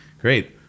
Great